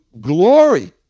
glory